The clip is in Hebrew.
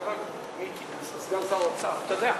חבר הכנסת מיקי, סגן שר האוצר, אתה יודע,